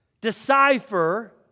decipher